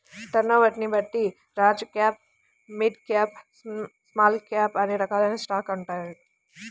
టర్నోవర్ని బట్టి large cap, mid cap, small cap అనే రకాలైన స్టాక్స్ ఉంటాయి